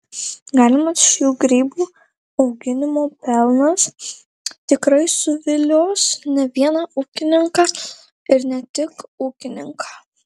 galimas šių grybų auginimo pelnas tikrai suvilios ne vieną ūkininką ir ne tik ūkininką